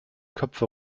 köpfe